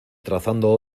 trazando